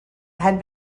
had